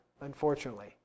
Unfortunately